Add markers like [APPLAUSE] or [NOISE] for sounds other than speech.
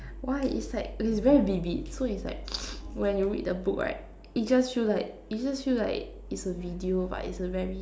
why it's like it's very vivid so it's like [NOISE] when you read the book right it just feel it just feel like it's a video but it's a very